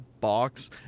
box